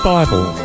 Bible